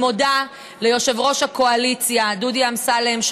אני מודה ליושב-ראש הקואליציה דודי אמסלם,